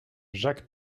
jacques